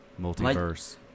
Multiverse